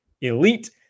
Elite